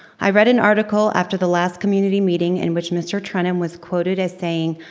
i read an article after the last community meeting in which mr. trenum was quoted as saying,